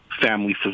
family